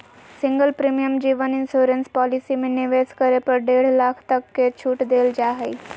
single premium जीवन insurance policy में निवेश करे पर डेढ़ लाख तक के छूट देल जा हइ